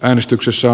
äänestyksessä